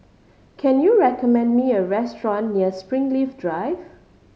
can you recommend me a restaurant near Springleaf Drive